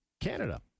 Canada